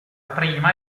prima